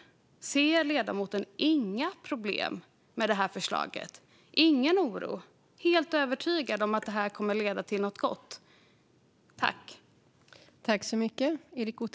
Ser ledamoten inga problem med förslaget, ingen oro? Är han helt övertygad om att detta kommer att leda till något gott?